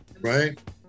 Right